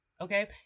okay